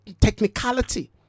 technicality